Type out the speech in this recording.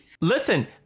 Listen